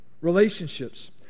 relationships